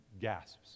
gasps